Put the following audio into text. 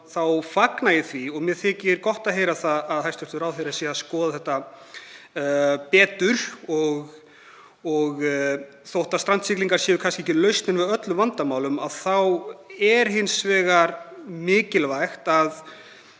fagna ég því, og mér þykir gott að heyra það, að hæstv. ráðherra sé að skoða þetta betur. Þótt strandsiglingar séu kannski ekki lausnin við öllum vandamálum þá er mikilvægt,